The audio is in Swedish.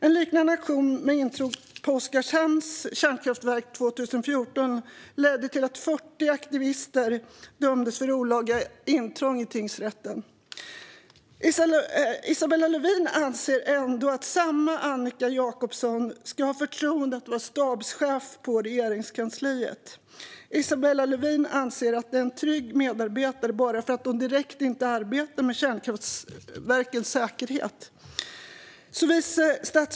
En liknande aktion med intrång på Oskarshamns kärnkraftverk 2014 ledde till att 40 aktivister dömdes för olaga intrång i tingsrätten. Isabella Lövin anser ändå att samma Annika Jacobson ska ha förtroendet att vara stabschef i Regeringskansliet. Isabella Lövin anser att det är en trygg medarbetare bara för att hon inte direkt arbetar med kärnkraftverkens säkerhet.